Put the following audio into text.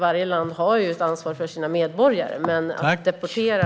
Varje land har ett ansvar för sina medborgare, men att deportera .